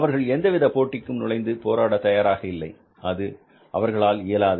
அவர்கள் எந்தவித போட்டிக்கும் நுழைந்து போராட தயாராக இல்லை அது அவர்களால் இயலாது